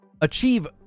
achieve